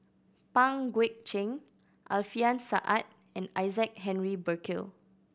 Pang Guek Cheng Alfian Sa'at and Isaac Henry Burkill